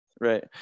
Right